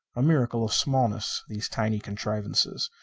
a miracle of smallness, these tiny contrivances.